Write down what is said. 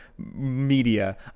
media